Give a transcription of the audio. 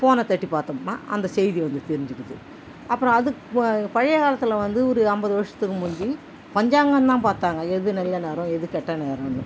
ஃபோனை தட்டி பார்த்தோம்னா அந்த செய்தி வந்து தெரிஞ்சிடுது அப்புறம் அதுக்கு ப பழைய காலத்தில் வந்து ஒரு ஐம்பது வருஷத்துக்கு முந்தி பஞ்சாங்கம் தான் பார்த்தாங்க எது நல்ல நேரம் எது கெட்ட நேரம்னு